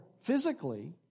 Physically